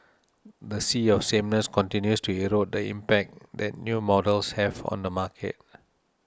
the sea of sameness continues to erode the impact that new models have on the market